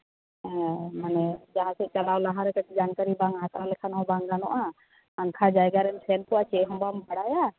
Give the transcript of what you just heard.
ᱦᱮᱸ ᱢᱟᱱᱮ ᱡᱟᱦᱟᱸᱥᱮᱫ ᱪᱟᱞᱟᱣ ᱞᱟᱦᱟ ᱨᱮ ᱠᱟᱹᱴᱤᱡ ᱡᱟᱱᱠᱟᱨᱤ ᱵᱟᱝ ᱦᱟᱛᱟᱣ ᱞᱮᱠᱷᱟᱱ ᱦᱚᱸ ᱵᱟᱝ ᱜᱟᱱᱚᱜᱼᱟ ᱟᱝᱠᱷᱟ ᱡᱟᱭᱜᱟ ᱨᱮᱢ ᱥᱮᱱ ᱠᱚᱜᱼᱟ ᱪᱮᱫ ᱦᱚᱸ ᱵᱟᱢ ᱵᱟᱲᱟᱭᱟ